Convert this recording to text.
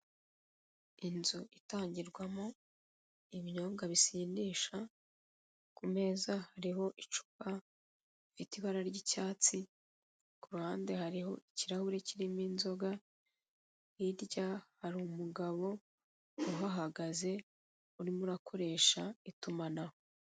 Inzu itangirwamo ibinyobwa bisindisha, ku meza hariho icupa rifite ibara ry'icyatsi ku ruhande hariho ikirahure kirimo inzoga, hirya hari umugabo uhahagaze urimo urakoresha itumanaho.